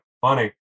funny